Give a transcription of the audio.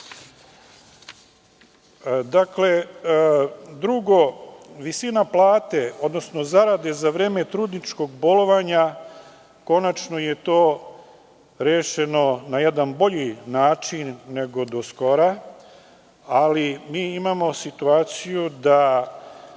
samouprava. Drugo, visina plate, odnosno zarade za vreme trudničkog bolovanja, konačno je to rešeno na jedan bolji način nego do skora, ali mi imamo situaciju da